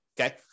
Okay